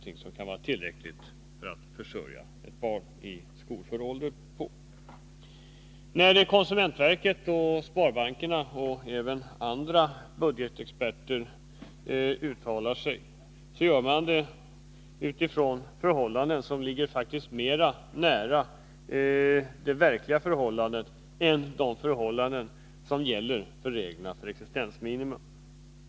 inte är tillräckligt för att försörja ett barn i skolåldern. När konsumentverket, sparbankerna och andra budgetexperter uttalar sig gör de det utifrån förhållanden som ligger mera nära det verkliga förhållandet än de förhållanden som ligger till grund för reglerna för existensminimum.